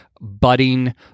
budding